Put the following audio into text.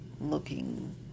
looking